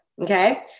Okay